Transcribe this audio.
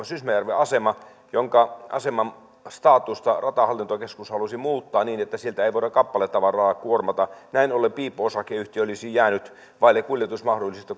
sysmäjärven asema jonka aseman statusta ratahallintokeskus halusi muuttaa niin että sieltä ei voida kappaletavaraa kuormata näin ollen piippo osakeyhtiö olisi jäänyt vaille kuljetusmahdollisuutta